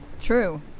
True